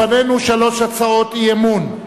לפנינו שלוש הצעות אי-אמון,